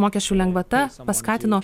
mokesčių lengvata paskatino